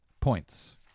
points